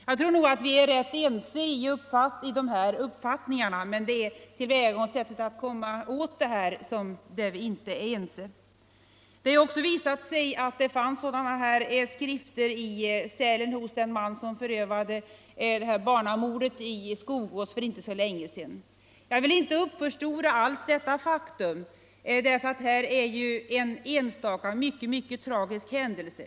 Jag tror att vi är rätt ense i de här uppfattningarna, men det är i fråga om tillvägagångssättet för att komma åt företeelserna som vi inte är ense. Det har ju visat sig att det fanns sådana här skrifter i cellen hos den man som förövade mordet på den lilla flickan i Skogås för inte så länge sedan. Jag vill inte alls uppförstora detta faktum, för det är ju en enstaka mycket tragisk händelse.